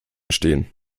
stehen